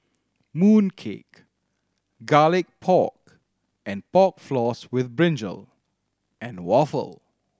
mooncake Garlic Pork and Pork Floss with brinjal and waffle